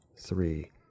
three